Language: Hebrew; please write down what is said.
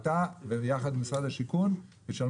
אתה ביחד עם משרד הבינוי והשיכון תשלמו